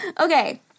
Okay